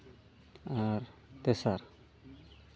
ᱟᱨ ᱛᱮᱥᱟᱨ